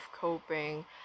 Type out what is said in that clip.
coping